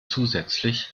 zusätzlich